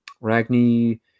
Ragni